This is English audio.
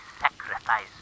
sacrifice